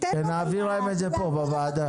נעביר להם את זה פה בוועדה.